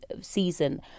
season